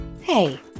Hey